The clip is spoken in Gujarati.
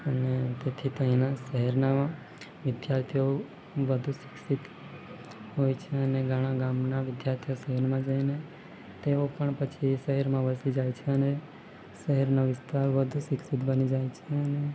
અને તેથી ત્યાંના શહેરનામાં વિદ્યાર્થીઓ વધુ શિક્ષિત હોય છે અને ઘણા ગામના વિદ્યાર્થીઓ શહેરમાં જઈને તેઓ પણ પછી શહેરમાં વસી જાય છે અને શહેરનો વિસ્તાર વધુ શિક્ષિત બની જાય છે અને